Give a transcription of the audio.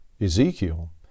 Ezekiel